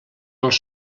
els